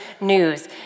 news